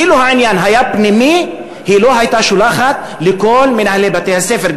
אילו העניין היה פנימי היא לא הייתה שולחת לכל מנהלי בתי-הספר,